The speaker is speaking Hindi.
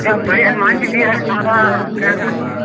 क्या बड़े हनुमान जी भी हैं वहाँ प्रयागराज में